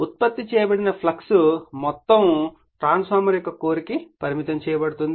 ఉత్పత్తి చేయబడిన ఫ్లక్స్ మొత్తం ట్రాన్స్ఫార్మర్ యొక్క కోర్ కి పరిమితం చేయబడింది